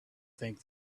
think